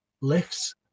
lifts